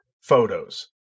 photos